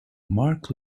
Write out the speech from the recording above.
mark